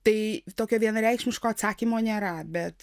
tai tokio vienareikšmiško atsakymo nėra bet